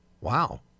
wow